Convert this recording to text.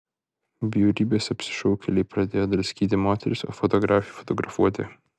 bjaurybės apsišaukėliai pradėjo draskyti moteris o fotografai fotografuoti